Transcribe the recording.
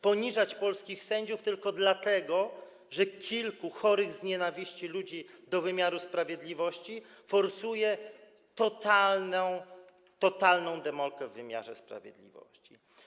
Poniżać polskich sędziów tylko dlatego, że kilku chorych z nienawiści do wymiaru sprawiedliwości ludzi forsuje totalną demolkę w wymiarze sprawiedliwości.